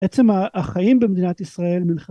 עצם החיים במדינת ישראל